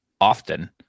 often